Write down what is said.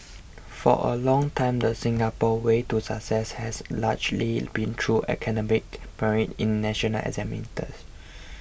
for a long time the Singapore way to success has largely been through academic merit in national examinations